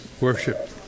worship